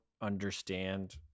understand